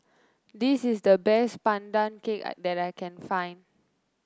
this is the best Pandan Cake that I can find